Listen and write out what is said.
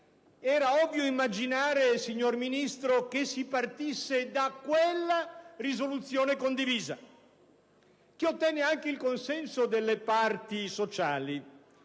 era ovvio immaginare, signor Ministro, che si partisse da quella risoluzione condivisa, che ottenne anche il consenso delle parti sociali.